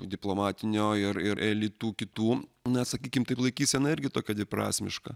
diplomatinio ir ir elitų kitų na sakykim taip laikysena irgi tokia dviprasmiška